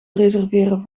reserveren